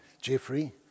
Jeffrey